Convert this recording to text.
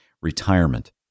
retirement